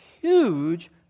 huge